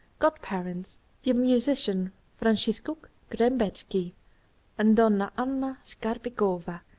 god-parents the musicians franciscus grembeki and donna anna skarbekowa,